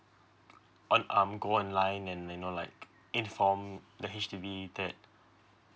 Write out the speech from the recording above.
on um go online and you know like inform the H_D_B that